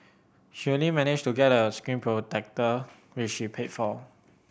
she only managed to get a screen protector which she paid for